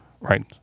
Right